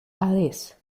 alice